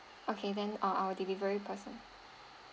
okay then ah our delivery person